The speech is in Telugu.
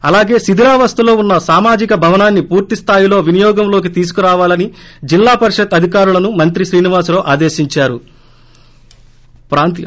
అలాగే శిథిలావస్దలో ఉన్న సామాజిక భవనాన్ని పూర్తి స్దాయిలో వినియోగంలోకి తీసుకురావలని జిల్లా పరిషత్ అధికారులను మంత్రి శ్రీనివాసరావు ఆదేశించారు